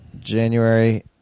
January